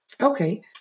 okay